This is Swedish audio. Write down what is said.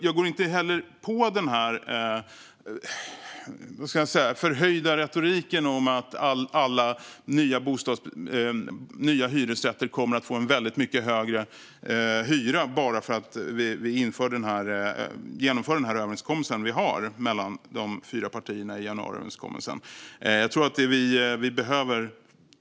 Jag går dock inte på den förhöjda retoriken om att alla nya hyresrätter kommer att få en mycket högre hyra bara för att vi genomför den överenskommelse som finns mellan januariavtalets fyra partier.